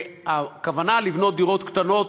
והכוונה לבנות דירות קטנות